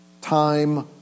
time